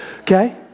Okay